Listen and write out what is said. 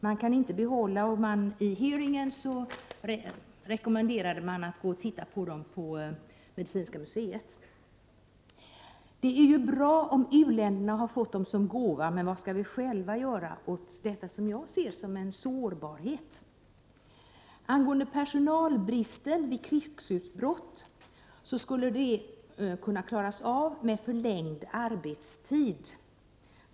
Vid hearingen blev man rekommenderad att gå på medicinska museet för att se dessa materiel. Det är bra om u-länderna får materielen som gåva, men vad skall vi själva göra åt det som jag ser som en sårbarhetsrisk? När det gäller personalbrist vid krigsutbrott sades det vid hearingen att den skulle klaras av med hjälp av förlängd arbetstid.